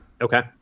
Okay